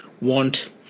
want